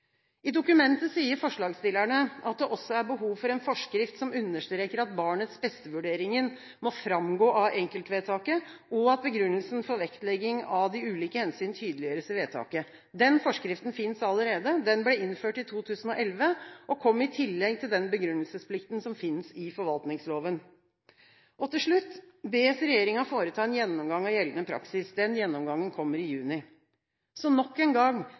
I innstillingen sier forslagsstillerne at det også er behov for en forskrift som understreker at barnets-beste-vurderingen må framgå av enkeltvedtaket, og at begrunnelsen for vektlegging av de ulike hensyn tydeliggjøres i vedtakene. Den forskriften finnes allerede, den ble innført i 2011 og kom i tillegg til den begrunnelsesplikten som finnes i forvaltningsloven. Til slutt bes regjeringen foreta en gjennomgang av gjeldende praksis. Den gjennomgangen kommer i juni. Så nok en gang: